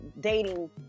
dating